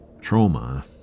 Trauma